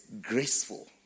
graceful